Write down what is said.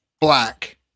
black